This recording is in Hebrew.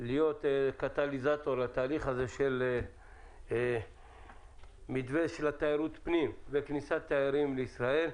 להיות קטליזטור לתהליך של מתווה של תיירות פנים וכניסת תיירים לישראל.